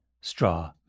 straw